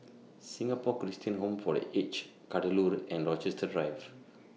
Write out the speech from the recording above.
Singapore Christian Home For The Aged Kadaloor and Rochester Drive